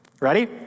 Ready